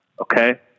Okay